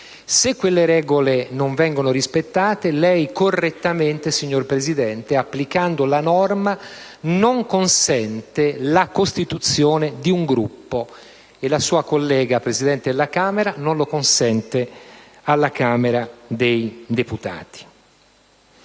Se quelle regole non vengono rispettate, lei correttamente, signor Presidente, applicando la normativa, non consente la costituzione di un Gruppo, come la sua stessa collega Presidente della Camera non lo consente alla Camera dei deputati.